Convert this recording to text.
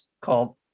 called